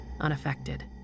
unaffected